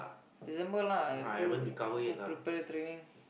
December lah go go prepare training